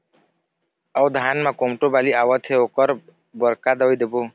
अऊ धान म कोमटो बाली आवत हे ओकर बर का दवई देबो?